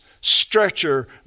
stretcher